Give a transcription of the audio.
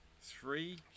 Three